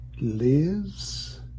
lives